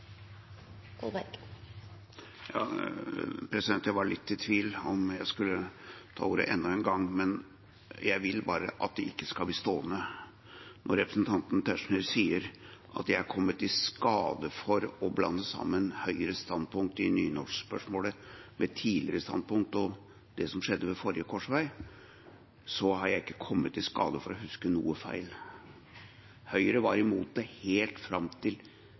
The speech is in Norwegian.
Jeg var litt i tvil om jeg skulle ta ordet enda en gang, men jeg vil bare ikke at det skal bli stående at representanten Tetzschner sier at jeg har kommet i skade for å blande sammen Høyres standpunkt i nynorskspørsmålet med tidligere standpunkt og det som skjedde ved forrige korsvei. Jeg har ikke kommet i skade for å huske noe feil. Høyre var imot det nesten helt fram til